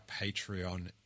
Patreon